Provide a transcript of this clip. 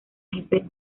jefe